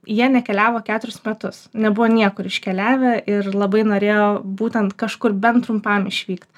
jie nekeliavo keturis metus nebuvo niekur iškeliavę ir labai norėjo būtent kažkur bent trumpam išvykt